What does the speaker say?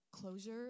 closure